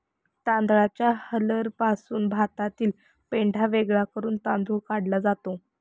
तांदळाच्या हलरपासून भातातील पेंढा वेगळा करून तांदूळ काढला जातो